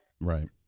Right